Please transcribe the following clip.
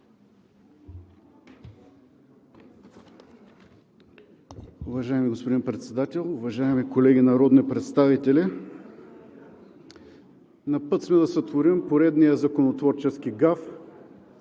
Уважаеми господин Председател, уважаеми колеги народни представители! На път сме да сътворим поредния законотворчески гаф.